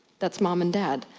that's mom and dad.